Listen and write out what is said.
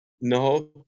No